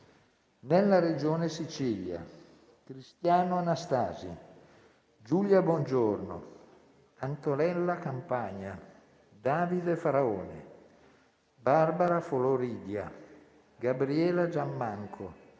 nella Regione Sicilia: Cristiano Anastasi, Giulia Bongiorno, Antonella Campagna, Davide Faraone, Barbara Floridia, Gabriella Giammanco,